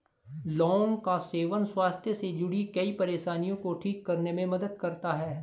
लौंग का सेवन स्वास्थ्य से जुड़ीं कई परेशानियों को ठीक करने में मदद करता है